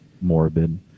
morbid